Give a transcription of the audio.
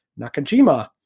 Nakajima